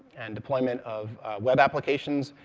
and deployment of web applications,